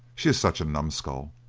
she is such a numbskull,